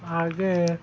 ಹಾಗೇ